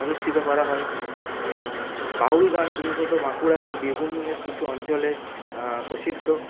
অনুষ্ঠিত করা হয় এবং বাউল গান বিশেষত বাঁকুড়া এবং বীরভূমের কিছু অঞ্চলে প্রসিদ্ধ